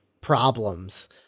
problems